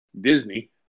Disney